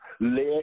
Let